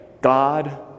God